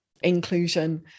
inclusion